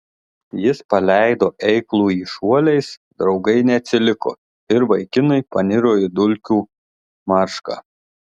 jis paleido eiklųjį šuoliais draugai neatsiliko ir vaikinai paniro į dulkių maršką